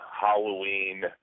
Halloween